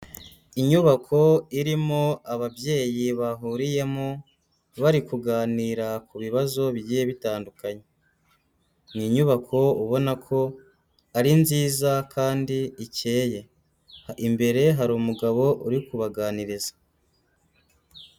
Inyubako irimo ababyeyi bahuriyemo bari kuganira ku bibazo bigiye bitandukanye. Ni inyubako ubona ko ari nziza kandi ikeye, imbere hari umugabo uri kubaganiriza.